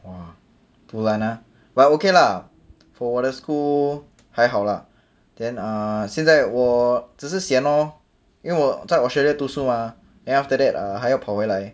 !wah! dulan ah but okay lah for 我的 school 还好 lah then err 现在我只是 sian lor 因为我在 australia 读书 mah then after that 还要跑回来